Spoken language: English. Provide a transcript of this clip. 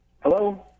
hello